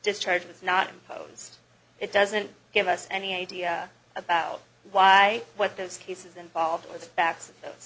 discharges not impose it doesn't give us any idea about why what those cases involved with the facts and